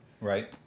Right